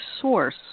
source